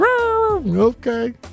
Okay